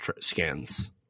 scans